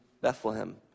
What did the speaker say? Bethlehem